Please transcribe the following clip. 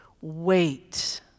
Wait